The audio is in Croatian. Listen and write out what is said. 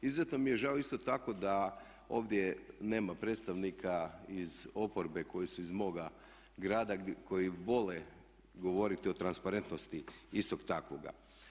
Izuzetno mi je žao isto tako da ovdje nema predstavnika iz oporbe koji su iz moga grada koji vole govoriti o transparentnosti istog takvoga.